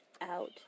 out